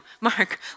Mark